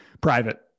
Private